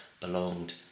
Belonged